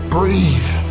Breathe